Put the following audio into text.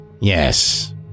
Yes